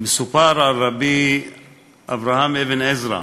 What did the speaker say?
מסופר על רבי אברהם אבן עזרא,